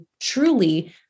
truly